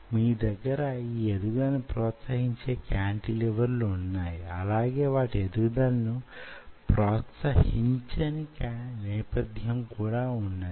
మీ దగ్గర యీ ఎదుగుదలను ప్రోత్సహించే కాంటిలివర్లు వున్నాయి అలాగే వాటి ఎదుగుదలను ప్రోతాహించని నేపథ్యం కూడా వున్నది